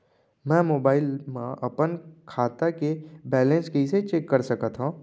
मैं मोबाइल मा अपन खाता के बैलेन्स कइसे चेक कर सकत हव?